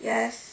Yes